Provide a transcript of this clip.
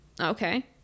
Okay